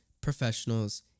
professionals